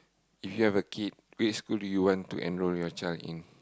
if you have a kid which school do you want to enroll your child in